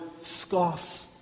scoffs